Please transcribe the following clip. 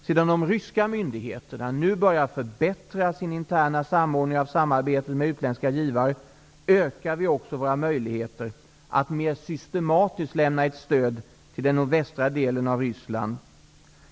Sedan de ryska myndigheterna nu börjat förbättra sin interna samordning av samarbetet med utländska givare ökar också våra möjligheter att mer systematiskt lämna ett stöd till den nordvästra delen av Ryssland.